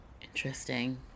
Interesting